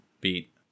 beat